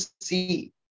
see